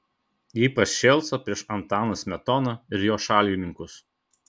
ypač šėlsta prieš antaną smetoną ir jo šalininkus